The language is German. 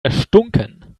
erstunken